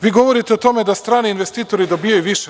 Vi govorite o tome da strani investitori dobijaju više.